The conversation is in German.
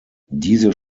diese